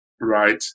right